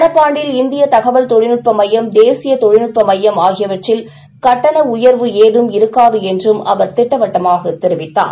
நடப்பு ஆண்டில் இந்தியதகவல் தொழில்நுட்பமையம் தேசியதொழில்நுட்பமையம் ஆகியவற்றில் கட்டணஉயர்வு ஏதும் இருக்காதுஎன்றும் அவர் திட்டவட்டமாகத் தெரிவித்தார்